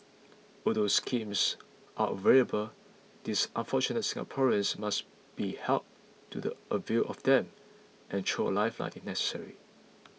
although schemes are available these unfortunate Singaporeans must be helped to the avail of them and thrown a lifeline if necessary